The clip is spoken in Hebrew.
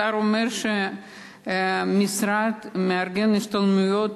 השר אומר שהמשרד מארגן השתלמויות